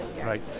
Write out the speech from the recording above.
Right